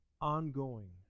ongoing